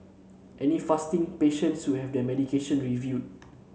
any fasting patience will have their medication reviewed